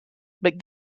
but